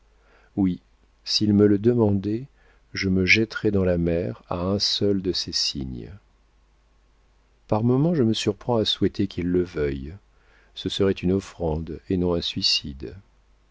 oui s'il me le demandait je me jetterais dans la mer à un seul de ses signes par moments je me surprends à souhaiter qu'il le veuille ce serait une offrande et non un suicide